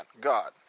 God